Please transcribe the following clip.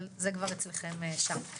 אבל זה כבר אצלכם שם.